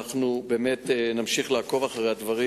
אנחנו באמת נמשיך לעקוב אחרי הדברים.